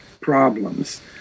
problems